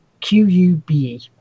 Q-U-B